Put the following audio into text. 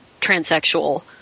transsexual